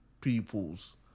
peoples